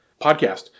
podcast